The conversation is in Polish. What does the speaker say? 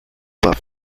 baw